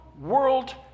world